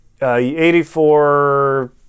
84